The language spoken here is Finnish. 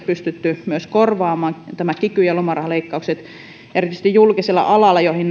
pystytty myös korvaamaan nämä vaikutukset nämä kiky ja lomarahaleikkaukset erityisesti julkisilla naisvaltaisilla aloilla joihin